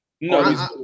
no